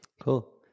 Cool